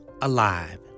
alive